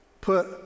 put